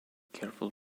careful